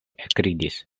ekridis